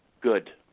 Good